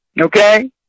Okay